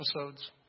episodes